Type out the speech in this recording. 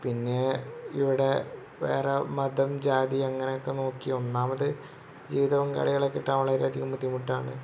പിന്നെ ഇവിടെ വേറെ മതം ജാതി അങ്ങനെയൊക്കെ നോക്കി ഒന്നാമത് ജീവിതപങ്കാളികളെ കിട്ടാൻ വളരെ അധികം ബുദ്ധിമുട്ടാണ്